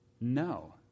No